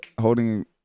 holding